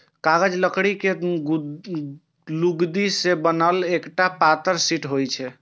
कागज लकड़ी के लुगदी सं बनल एकटा पातर शीट होइ छै